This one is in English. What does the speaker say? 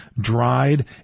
dried